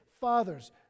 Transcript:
fathers